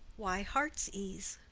why heart's ease?